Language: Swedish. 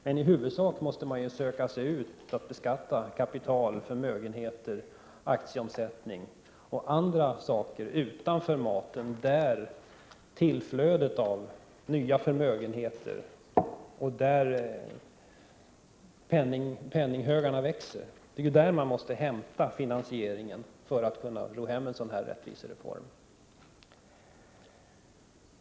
Men i huvudsak måste man söka sig ut och beskatta kapitalet, förmögenheter, aktieomsättning och annat där tillflödet av nya förmögenheter sker och där penninghögarna växer. Det är där man måste hämta finansieringen för att kunna ro hem en sådan här rättvisereform.